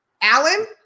Alan